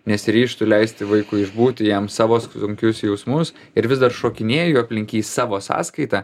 nesiryžtu leisti vaikui išbūti jam savo sunkius jausmus ir vis dar šokinėju aplink jį savo sąskaita